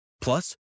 Plus